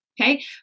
Okay